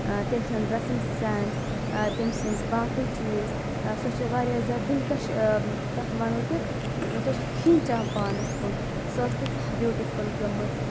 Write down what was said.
تمۍ سٕنٛد dressing sense تٔمۍ سٕنٛز باقٕے چیٖز سۄ چھِ واریاہ زیادٕ دِلکش تَتھ وَنو کہِ سۄ چھےٚ کھیٚنٛچان پانَس کُن سۄ ٲسۍ تیژاہ بیٚوٹِفُل گٔمٕژ